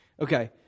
Okay